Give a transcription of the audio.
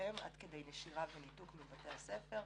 בלימודיהם עד כדי נשירה וניתוק מבתי הספר.